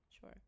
sure